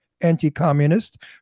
anti-communist